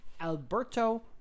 Alberto